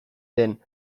den